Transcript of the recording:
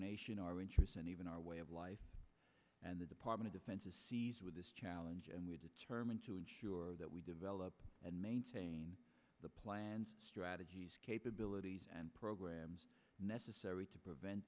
nation our interests and even our way of life and the department of fantasies with this challenge and we are determined to ensure that we develop and maintain the plans strategies capabilities and programs necessary to prevent